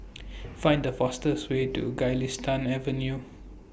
Find The fastest Way to Galistan Avenue